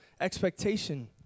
expectation